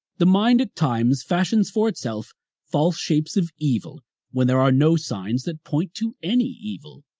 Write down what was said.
the mind at times fashions for itself false shapes of evil when there are no signs that point to any evil.